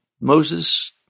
Moses